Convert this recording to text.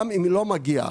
גם אם לא מגיע לה.